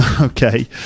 Okay